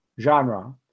genre